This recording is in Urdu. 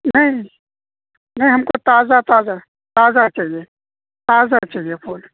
نہیں نہیں ہم کو تازہ تازہ تازہ چاہیے تازہ چاہیے پھول